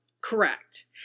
Correct